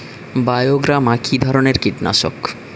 বায়োগ্রামা কিধরনের কীটনাশক?